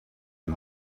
and